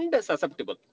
susceptible